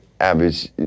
average